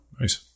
Nice